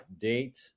date